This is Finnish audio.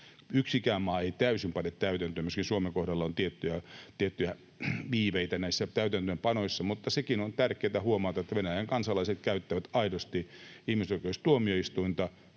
Yksikään maa ei täysin pane niitä täytäntöön, myöskin Suomen kohdalla on tiettyjä viiveitä näissä täytäntöönpanoissa, mutta sekin on tärkeätä huomata, että Venäjän kansalaiset käyttävät aidosti ihmisoikeustuomioistuinta